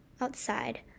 outside